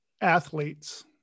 athletes